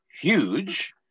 huge